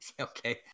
Okay